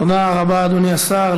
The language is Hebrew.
תודה רבה, אדוני השר.